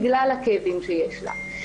בגלל הכאבים שיש לה.